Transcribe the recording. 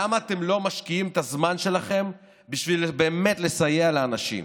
למה אתם לא משקיעים את הזמן שלכם בשביל באמת לסייע לאנשים?